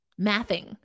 mathing